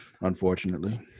unfortunately